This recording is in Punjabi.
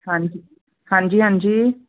ਹਾਂਜੀ ਹਾਂਜੀ ਹਾਂਜੀ